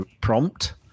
prompt